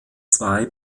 zwei